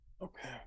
Okay